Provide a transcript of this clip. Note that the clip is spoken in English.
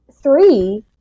three